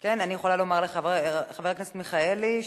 חבר הכנסת מיכאלי,